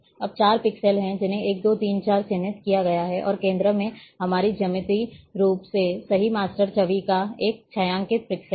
अब चार पिक्सेल हैं जिन्हें 1 2 3 4 चिह्नित किया गया है और केंद्र में हमारी ज्यामितीय रूप से सही मास्टर छवि का एक छायांकित पिक्सेल है